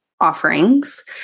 offerings